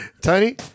Tony